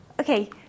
Okay